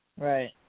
Right